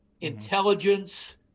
intelligence